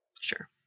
Sure